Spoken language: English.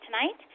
tonight